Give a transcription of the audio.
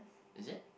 is it